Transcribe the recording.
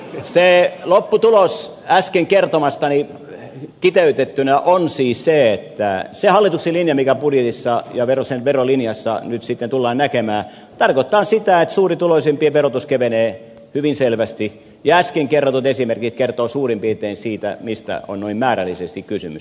se lopputulos äsken kertomastani kiteytettynä on siis se että se hallituksen linja mikä budjetissa ja sen verolinjassa nyt sitten tullaan näkemään tarkoittaa sitä että suurituloisimpien verotus kevenee hyvin selvästi ja äsken kerrotut esimerkit kertovat suurin piirtein siitä mistä on noin määrällisesti kysymys